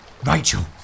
Rachel